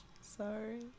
Sorry